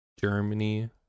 Germany